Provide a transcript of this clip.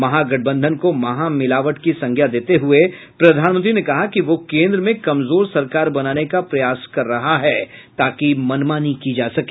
महागठबंधन को महामिलावट की संज्ञा देते हुए प्रधानमंत्री ने कहा कि वह केन्द्र में कमजोर सरकार बनाने का प्रयास कर रहा है ताकि मनमानी की जा सके